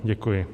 Děkuji.